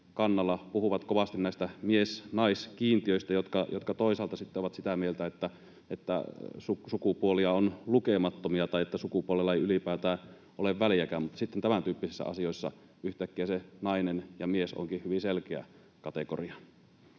puhuvat kovasti näistä mies- ja naiskiintiöistä, jotka toisaalta sitten ovat sitä mieltä, että sukupuolia on lukemattomia tai että sukupuolella ei ylipäätään ole väliäkään, mutta sitten tämäntyyppisissä asioissa yhtäkkiä se nainen ja mies onkin hyvin selkeä kategoria.